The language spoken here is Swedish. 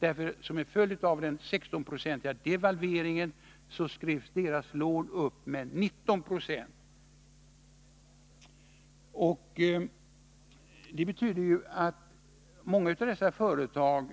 Såsom en följd av den 16-procentiga devalveringen skrevs deras lån upp med 19 96. Många av dessa företag